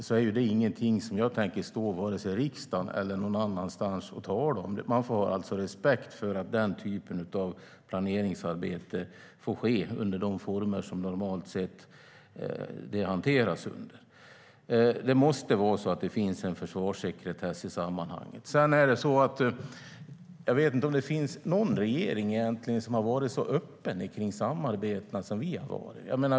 Det är ingenting som jag tänker stå vare sig i riksdagen eller någon annanstans och tala om. Man får ha respekt för att den typen av planeringsarbete får ske under de former som det normalt sett hanteras under. Det måste finnas en försvarssekretess i sammanhanget. Jag vet inte om det finns någon annan regering som har varit så öppen om samarbetena som vi har varit.